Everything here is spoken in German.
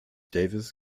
davis